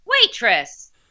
Waitress